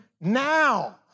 now